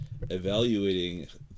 evaluating